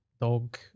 dog